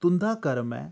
तुं'दा कर्म ऐ